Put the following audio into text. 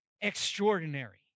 extraordinary